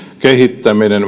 kehittämisessä